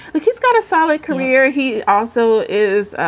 like he's got a solid career he also is